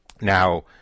Now